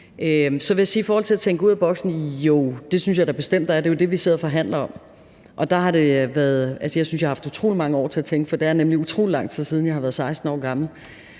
i forhold til at tænke ud af boksen: Jo, det synes jeg da bestemt vi skal. Det er jo det, vi sidder og forhandler om. Og jeg synes, jeg har haft utrolig mange år til at tænke over det, for det er nemlig utrolig lang tid siden, jeg var 16 år gammel.